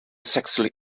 sexually